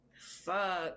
Fuck